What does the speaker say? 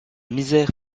misère